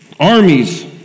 armies